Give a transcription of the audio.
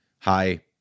Hi